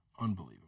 Unbelievable